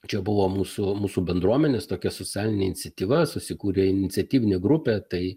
čia buvo mūsų mūsų bendruomenės tokia socialinė iniciatyva susikūrė iniciatyvinė grupė tai